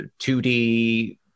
2D